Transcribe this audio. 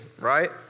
right